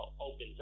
opens